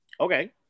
okay